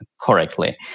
correctly